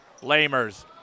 Lamers